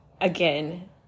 again